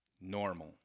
Normal